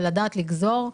ונדע לגזור.